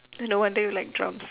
no wonder you like drums